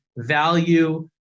value